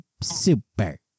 super